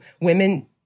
Women